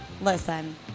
listen